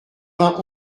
vingt